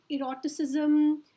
eroticism